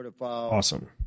awesome